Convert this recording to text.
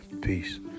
Peace